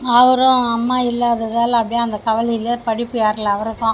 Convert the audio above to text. அவரும் அம்மா இல்லாததால் அப்படியே அந்த கவலையில் படிப்பு ஏறல அவருக்கும்